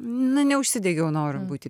ne užsidegiau noru būti